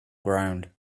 ground